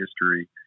history